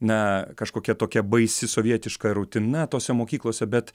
na kažkokia tokia baisi sovietiška rutina tose mokyklose bet